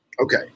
Okay